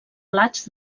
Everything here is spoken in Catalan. plats